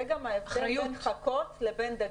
זה גם ההבדל בין חכות לבין דגים.